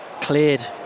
cleared